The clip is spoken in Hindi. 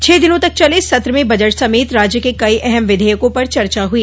छह दिनों तक चले इस सत्र में बजट समेत राज्य के कई अहम विधेयकों पर चर्चा हुई